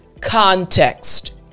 context